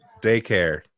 daycare